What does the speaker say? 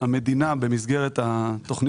בימים האחרונים אנחנו עדים לסערת אבי מעוז בקשר